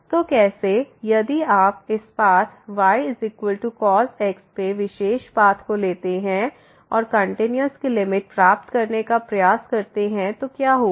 तो कैसे यदि आप इस पाथ y cos x में विशेष पाथ को लेते हैं और कंटीन्यूअस की लिमिट प्राप्त करने का प्रयास करते हैं तो क्या होगा